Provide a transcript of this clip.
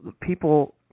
people